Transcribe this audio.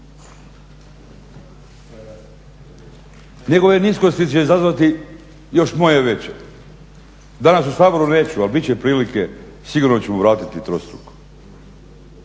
Nego ove niskosti će izazvati još moje veće. Danas u Saboru neću, ali bit će prilike, sigurno ću mu vratiti trostruko